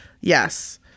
yes